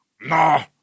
Nah